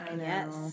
yes